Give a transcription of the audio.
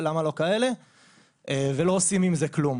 ולא עושים עם זה כלום.